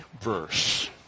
verse